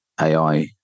AI